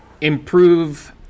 improve